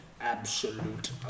Absolute